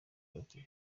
ifite